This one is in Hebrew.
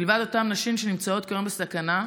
מלבד אותן נשים שנמצאות כיום בסכנה,